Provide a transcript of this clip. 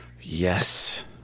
Yes